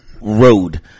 road